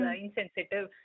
insensitive